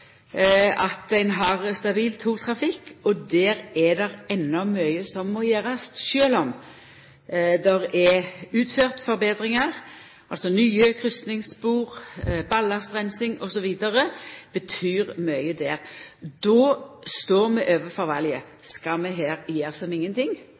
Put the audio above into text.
at ein har ein stabil togtrafikk, og der er det enno mykje som må gjerast, sjølv om det er utført forbetringar. Nye kryssingsspor, ballastreinsing osv. betyr mykje der. Då står